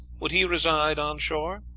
would he reside on shore?